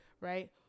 right